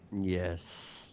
Yes